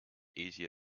easier